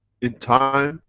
in time,